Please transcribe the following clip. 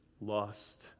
lost